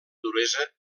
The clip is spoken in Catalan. duresa